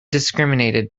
discriminated